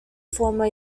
former